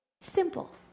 Simple